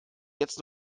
jetzt